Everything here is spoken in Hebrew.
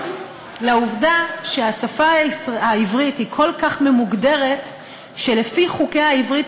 לעובדה שהשפה העברית היא כל כך ממוגדרת שלפי חוקי העברית